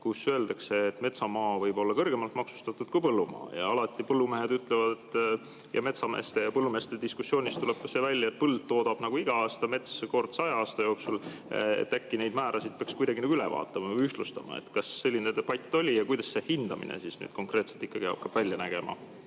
kohta öeldakse, et metsamaa on kõrgemalt maksustatud kui põllumaa? Alati põllumehed nii ütlevad ja metsameeste ja põllumeeste diskussioonist tuleb ka see välja, et põld toodab iga aasta, mets kord saja aasta jooksul. Äkki neid määrasid peaks üle vaatama, ühtlustama? Kas selline debatt oli? Ja kuidas see hindamine siis nüüd konkreetselt ikkagi hakkab välja nägema?